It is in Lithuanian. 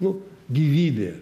nu gyvybė